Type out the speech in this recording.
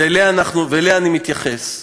ואליה אני מתייחס.